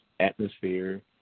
atmosphere